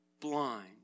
blind